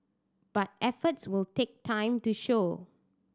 but efforts will take time to show